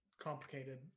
complicated